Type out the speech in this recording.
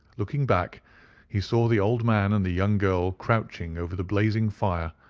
looking back he saw the old man and the young girl crouching over the blazing fire,